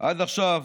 עד עכשיו